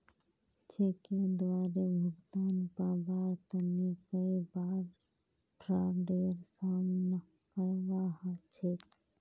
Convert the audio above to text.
चेकेर द्वारे भुगतान पाबार तने कई बार फ्राडेर सामना करवा ह छेक